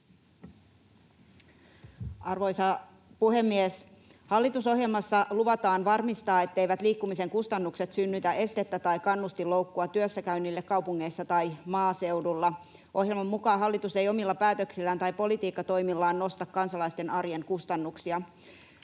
Arvoisa puhemies! Hallitusohjelmassa luvataan varmistaa, etteivät liikkumisen kustannukset synnytä estettä tai kannustinloukkua työssäkäynnille kaupungeissa tai maaseudulla. Ohjelman mukaan hallitus ei omilla päätöksillään tai politiikkatoimillaan nosta kansalaisten arjen kustannuksia.